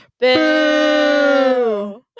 Boo